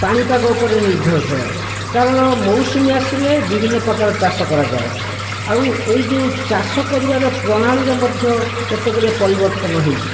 ପାଣିପାଗ ଉପରେ ନିର୍ଭରଶୀଳ କାରଣ ମୌସୁମୀ ଆସିଲେ ବିଭିନ୍ନ ପ୍ରକାର ଚାଷ କରାଯାଏ ଆଉ ଏହି ଯେଉଁ ଚାଷ କରିବାର ପ୍ରଣାଳୀରେ ମଧ୍ୟ କେତେଗୁଡ଼ିଏ ପରିବର୍ତ୍ତନ ହୋଇଛି